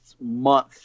month